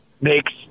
makes